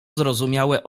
zrozumiałe